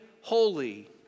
holy